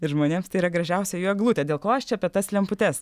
ir žmonėms tai yra gražiausia jų eglutė dėl ko aš čia apie tas lemputes